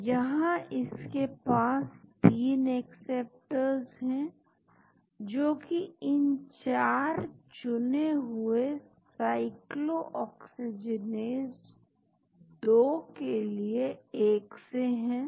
तो यहां इसके पास तीन एक्सेप्टर्स हैं जो कि इन चार चुने हुए साइक्लोऑक्सीजीनेस 2 के लिए एक से हैं